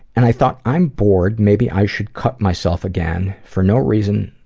and i thought, i'm bored, maybe i should cut myself again, for no reason,